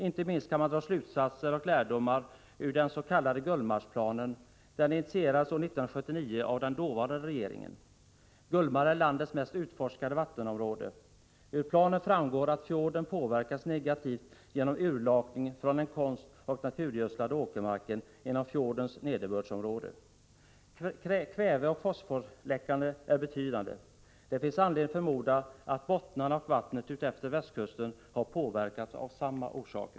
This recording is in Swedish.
Inte minst kan man dra slutsatser och lärdomar av den s.k. Gullmarnplanen. Den initierades år 1979 av den dåvarande regeringen. Gullmarn är landets mest utforskade vattenområde. 35 bättra vattenkvaliteten i norra Bohuslän Av planen framgår att fjorden påverkats negativt genom urlakning från den konstoch naturgödslade åkermarken inom fjordens nederbördsområde. Kväveoch fosforläckaget är betydande. Det finns anledning förmoda att bottnarna och vattnet utefter västkusten har påverkats av samma orsak.